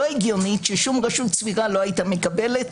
הגיונית ששום רשות סבירה לא הייתה מקבלת.